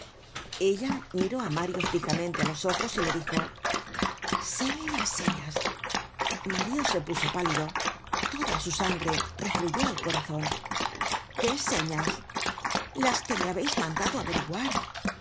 ella miró á mario fijamente á los ojos y le dijo sé las señas mario se puso pálido toda su sangre refluyó al corazon qué señas las que me habeis mandado averiguar